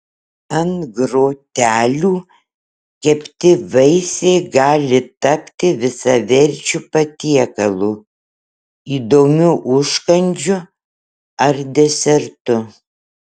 ant grotelių kepti vaisiai gali tapti visaverčiu patiekalu įdomiu užkandžiu ar desertu